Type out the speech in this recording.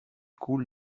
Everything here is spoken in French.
coule